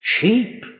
Sheep